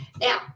Now